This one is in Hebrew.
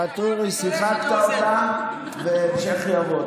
ואטורי, שיחקת אותה, והמשך יבוא.